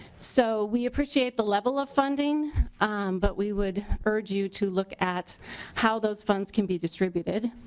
so we appreciate the level of funding but we would urge you to look at how those funds can be distributed.